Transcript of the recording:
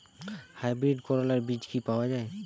Hybrid করলার বীজ কি পাওয়া যায়?